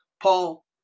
Paul